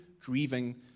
grieving